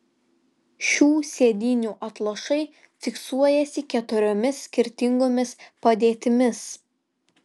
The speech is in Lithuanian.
šių sėdynių atlošai fiksuojasi keturiomis skirtingomis padėtimis